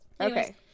Okay